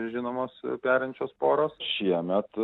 žinomos perinčios poros šiemet